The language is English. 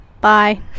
bye